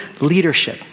leadership